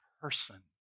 person